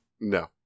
No